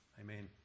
Amen